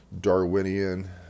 Darwinian